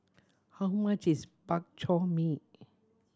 how much is Bak Chor Mee